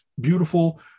beautiful